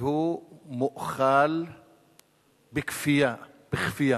ומואכל בכפייה.